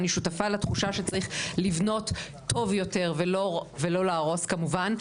ואני שותפה לתחושה שצריך לבנות טוב יותר ולא להרוס כמובן.